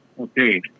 Okay